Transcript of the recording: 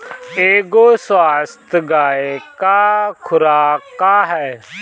एगो स्वस्थ गाय क खुराक का ह?